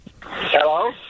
Hello